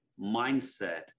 mindset